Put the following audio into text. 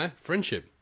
friendship